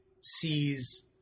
sees